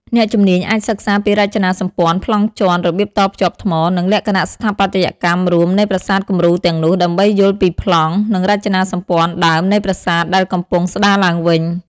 អ្នកជំនាញអាចសិក្សាពីរចនាសម្ព័ន្ធ ប្លង់ជាន់ របៀបតភ្ជាប់ថ្ម និងលក្ខណៈស្ថាបត្យកម្មរួមនៃប្រាសាទគំរូទាំងនោះ ដើម្បីយល់ពីប្លង់ និងរចនាសម្ព័ន្ធដើមនៃប្រាសាទដែលកំពុងស្ដារឡើងវិញ។